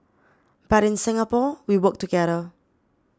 but in Singapore we work together